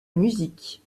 musique